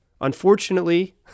Unfortunately